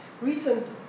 Recent